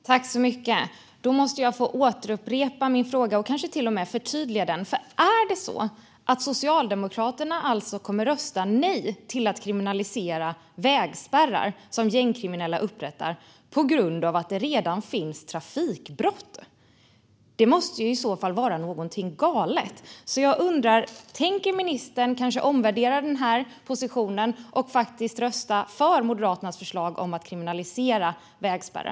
Fru talman! Då måste jag få upprepa och kanske till och med förtydliga min fråga. Kommer Socialdemokraterna alltså att rösta nej till att kriminalisera vägspärrar som gängkriminella upprättar på grund av att det redan finns ett sådant trafikbrott? Det måste i så fall vara något galet. Tänker ministern kanske omvärdera denna position och rösta för Moderaternas förslag om att kriminalisera vägspärrar?